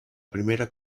primera